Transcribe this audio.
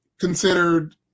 considered